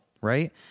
right